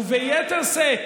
וביתר שאת